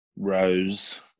rose